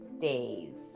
days